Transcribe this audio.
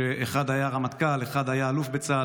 אחד היה רמטכ"ל ואחד היה אלוף בצה"ל,